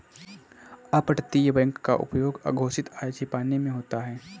अपतटीय बैंक का उपयोग अघोषित आय छिपाने में होता है